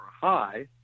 high